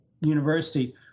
university